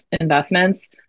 investments